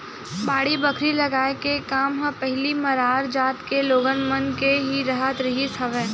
बाड़ी बखरी लगाए के काम ह पहिली मरार जात के लोगन मन के ही राहत रिहिस हवय